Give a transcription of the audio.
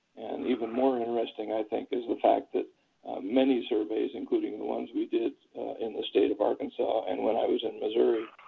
and even more interesting i think is the fact that many surveys, including the ones we did in the state of arkansas and when i was in missouri,